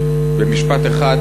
במשפט אחד,